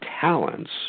talents –